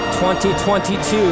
2022